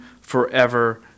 forever